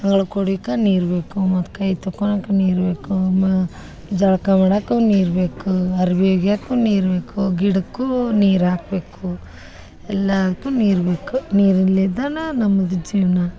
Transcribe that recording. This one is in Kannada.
ಕುಡಿಕ ನೀರು ಬೇಕು ಮತ್ತು ಕೈ ತೊಕ್ಕೊಳಕ್ಕ ನೀರು ಬೇಕು ಮ ಜಳಕ ಮಾಡಕ್ಕೂ ನೀರು ಬೇಕು ಅರ್ಬಿ ಒಗಿಯೋಕ್ಕೂ ನೀರು ಬೇಕು ಗಿಡಕ್ಕೂ ನೀರು ಹಾಕ್ಬೇಕು ಎಲ್ಲದಕ್ಕೂ ನೀರು ಬೇಕು ನೀರಿಲಿಂದನೇ ನಮ್ದು ಜೀವನ